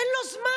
אין לו זמן.